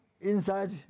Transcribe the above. inside